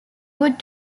would